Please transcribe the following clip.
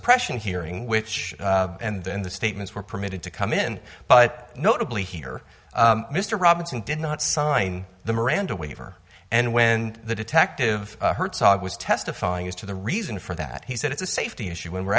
suppression hearing which and then the statements were permitted to come in but notably here mr robinson did not sign the miranda waiver and when the detective hertzog was testifying as to the reason for that he said it's a safety issue when we're